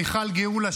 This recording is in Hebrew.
מיכל גאולה,